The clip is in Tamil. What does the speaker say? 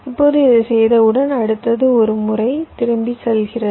இப்போது இதைச் செய்தவுடன் அடுத்தது ஒரு முறை திரும்பிச் செல்கிறது